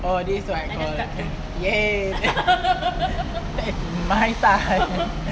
oh this like got !yay! that's my time